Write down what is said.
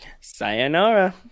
Sayonara